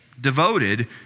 devoted